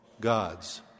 God's